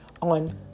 on